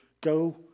Go